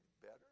better